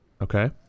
okay